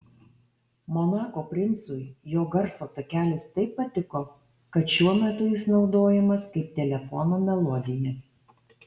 monako princui jo garso takelis taip patiko kad šiuo metu jis naudojamas kaip telefono melodija